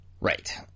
Right